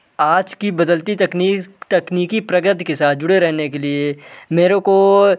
आज की बदलती तकनीक तकनीकी प्रगति के साथ जुड़े रहने के लिए मेरे को